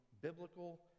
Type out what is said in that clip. biblical